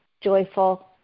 joyful